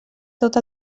tot